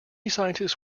scientists